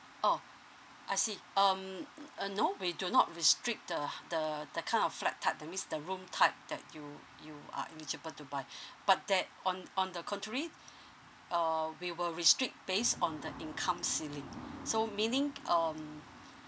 orh I see um uh no we do not restrict the the the kind of flat type that means the room type that you you are eligible to buy but that on on the contrary uh we will restrict based on the income ceiling so meaning um